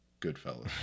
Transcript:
goodfellas